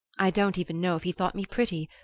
i don't even know if he thought me pretty,